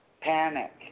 panic